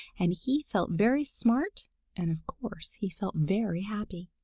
and he felt very smart and of course he felt very happy.